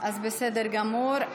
בסדר גמור.